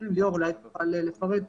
ליאור, אולי תוכל לפרט.